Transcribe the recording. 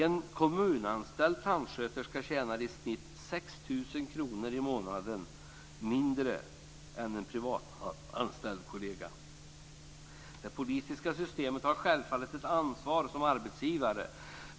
En kommunalanställd tandsköterska tjänade i snitt 6 000 kr mindre i månaden än en privatanställd kollega. Det politiska systemet har självfallet ett ansvar som arbetsgivare.